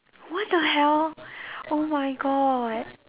what the hell oh my god